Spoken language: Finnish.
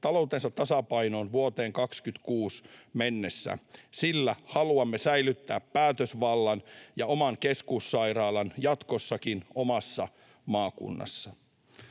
taloutensa tasapainoon vuoteen 26 mennessä, sillä haluamme säilyttää päätösvallan ja oman keskussairaalan jatkossakin omassa maakunnassa.